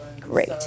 great